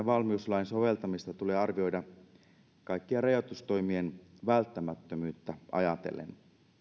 valmiuslain soveltamista tulee aina arvioida kaikkien rajoitustoimien välttämättömyyttä ajatellen